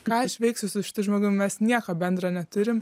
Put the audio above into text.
ką aš veiksiu su šitu žmogum mes nieko bendro neturim